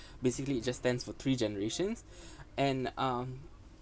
basically it just stands for three generations and um